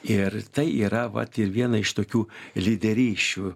ir tai yra vat ir viena iš tokių lyderysčių